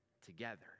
together